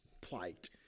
plight